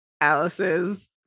Alice's